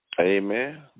Amen